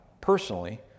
personally